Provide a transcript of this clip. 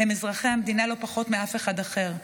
הם אזרחי המדינה לא פחות מאף אחד אחר.